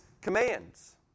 commands